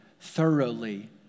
thoroughly